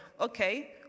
okay